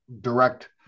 direct